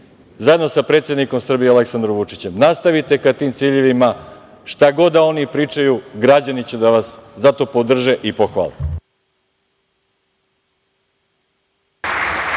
zajedno sa predsednikom Srbije Aleksandrom Vučićem nastavite ka tim ciljevima. Šta god da oni pričaju, građani će da vas zato podrže i pohvale.